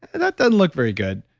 that doesn't look very good.